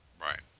Right